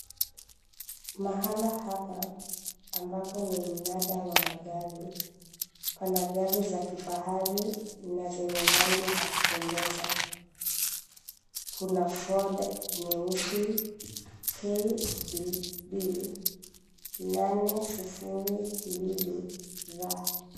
Mahala hapa ambapo ni mnada wa magari pana gari za kifahari na zenye rangi za kupendeza. Kuna Ford nyeusi KDB 802R.